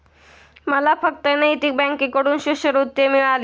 मला फक्त नैतिक बँकेकडून शिष्यवृत्ती मिळाली